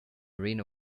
rhino